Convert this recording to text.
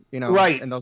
Right